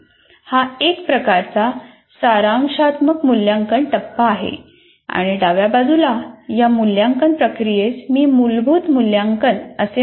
हा एक प्रकारचा सारांशात्मक मूल्यांकन टप्पा आहे आणि डाव्या बाजूला या मूल्यांकन प्रक्रियेस मी मूलभूत मूल्यांकन असे म्हणतो